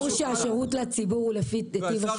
ברור שהשירות לציבור הוא לפי טיב השירות.